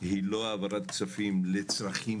היא לא העברת כספים לצרכים